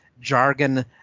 jargon